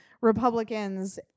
Republicans